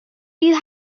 you